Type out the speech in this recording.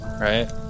Right